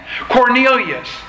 Cornelius